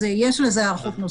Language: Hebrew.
יש לזה היערכות נוספת.